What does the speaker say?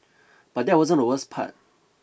but that wasn't the worst part